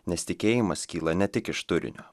nes tikėjimas kyla ne tik iš turinio